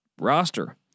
Roster